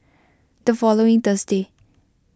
the following Thursday